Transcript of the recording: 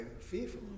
fearful